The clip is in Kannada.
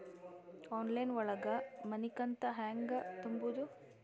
ಆನ್ಲೈನ್ ಒಳಗ ಮನಿಕಂತ ಹ್ಯಾಂಗ ತುಂಬುದು?